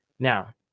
Now